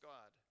God